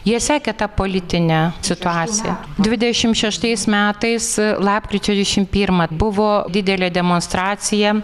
jie sekė tą politinę situaciją dvidešimt šeštais metais lapkričio dvidešimt pirmą buvo didelė demonstracija